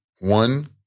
One